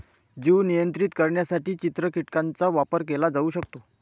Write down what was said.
जीव नियंत्रित करण्यासाठी चित्र कीटकांचा वापर केला जाऊ शकतो